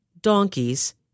donkeys